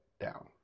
down